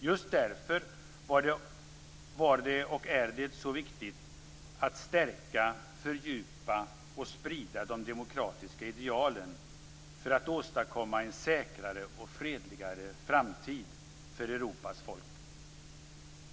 Just därför var det och är det så viktigt att stärka, fördjupa och sprida de demokratiska idealen för att åstadkomma en säkrare och fredligare framtid för Europas folk.